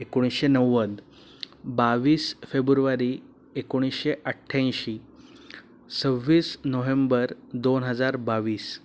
एकोणीसशे नव्वद बावीस फेब्रुवारी एकोणीसशे अठ्ठ्याऐंशी सव्वीस नोव्हेंबर दोन हजार बावीस